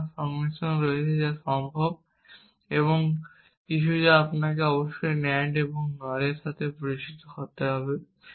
অন্যান্য সংমিশ্রণ রয়েছে যা সম্ভব এবং কিছু যা আপনাকে অবশ্যই NAND এবং NOR এর সাথে পরিচিত হতে হবে